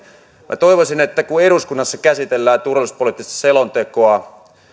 minä toivoisin että kun eduskunnassa käsitellään turvallisuuspoliittista selontekoa